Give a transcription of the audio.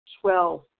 Twelve